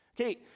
Okay